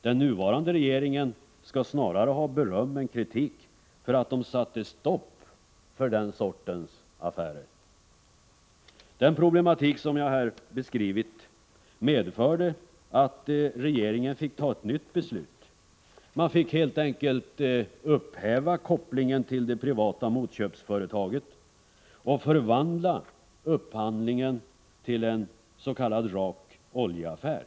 Den nuvarande regeringen skall snarare ha beröm än kritik för att den satte stopp för den sortens affärer. Den problematik som jag här har beskrivit medförde att regeringen fick fatta ett nytt beslut. Man fick helt enkelt upphäva kopplingen till det privata motköpsföretaget och förvandla upphandlingen till en s.k. rak oljeaffär.